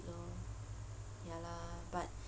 lor ya lah but